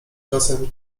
czasem